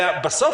ובסוף,